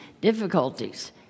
difficulties